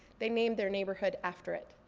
they named their neighborhood after it.